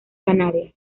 canarias